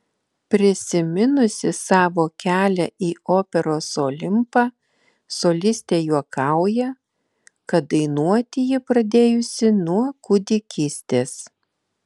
prisiminusi savo kelią į operos olimpą solistė juokauja kad dainuoti ji pradėjusi nuo kūdikystės